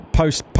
post